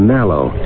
Mallow